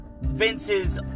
Vince's